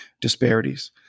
disparities